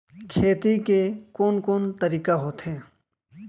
खेती के कोन कोन तरीका होथे?